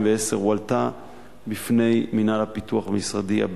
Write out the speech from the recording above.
הועלתה הבעיה בפני מינהל הפיתוח במשרדי.